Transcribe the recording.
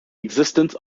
existence